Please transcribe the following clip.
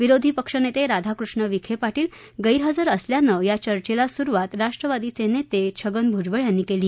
विरोधी पक्षनेते राधाकृष्ण विखे पाटील हे गैरहजर असल्याने या चर्चेला सुरुवात राष्ट्रवादीचे नेते छगन भुजबळ यांनी केली